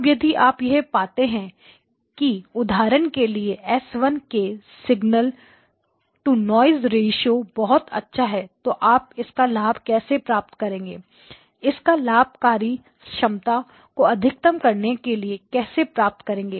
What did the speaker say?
अब यदि आप यह पाते हैं कि उदाहरण के लिए S1 के सिग्नल टू नॉइज़ रेश्यो बहुत अच्छा है तो आप इसका लाभ कैसे प्राप्त करेंगे इसका लाभकारी क्षमता को अधिकतम करने के लिए कैसे प्राप्त करेंगे